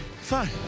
Fine